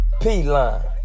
P-Line